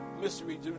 mystery